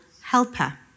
helper